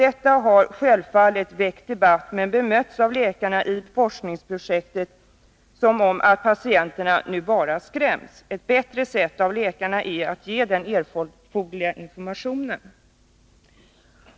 Detta har självfallet väckt debatt, men bemötts av läkarna i forskningsprojektet med att patienterna nu bara skräms. Ett bättre sätt är att läkarna ger den erforderliga informationen.